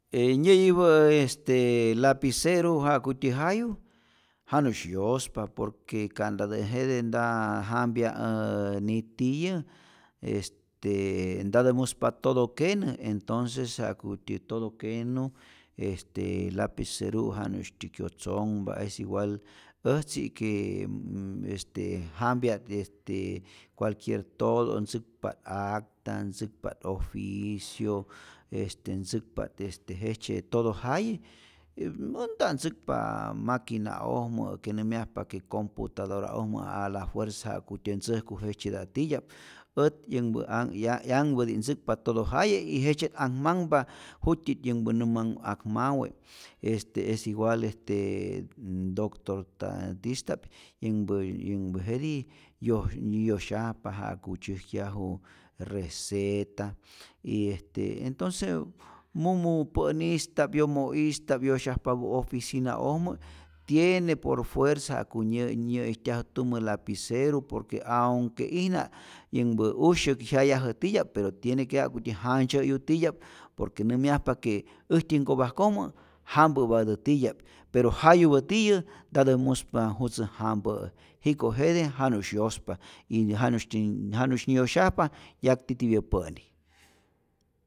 E nyäyipä' este lapiceru ja'kutyä jayu janusy yospa por que ka'ntatä jete nta ja jampya nitiyä est ntatä muspa toto kenä, entonces ja'kutyä todo kenu, este lapiceru' janusytyä kyotzonhpa, es igual äjtzi que m este jampyat este cualquier toto', tzäkpa't acta, ntzäkpa't oficio, este ntzäkpa't este jejtzye toto jaye e m ät nta't ntzäkpa maquina'ojmä ke nämyjapa que computadora'ojmä a la fuerza ja'kutyä ntzäjku jejtzyeta'p titya'p, ät yänhpä anh ya 'yanhpäti't ntzäkpa totojaye y jejtzye't anhmanhpa jut'tyit yänhpä nä manhu akmawe' este, es igual este totortajtista'p yänhpä yänhpä jetij yoj yosyajpa ja'ku tyäjkyaju receta, y este entonce mumu pä'nista'p, yomo'ista'p yosyajpapä oficina'ojmä tiene por fuerza ja'ku nyä nyä'ijtyaj tumä lapiceru por que aunque'ijna yänhpä usyäk jyayajä titya'p pero tiene que ja'kutyä jantzyä'yu titya'p por que nämyajpa que äjtyä nkopajkojmä jampä'patä titya'p, pero jayupä tiyä ntatä muspa jutzä jampä'ä jiko jete janusy yospa y janusytyi janusy nyä yosyajpa yakti tipyä pä'nij.